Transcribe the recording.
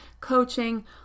coaching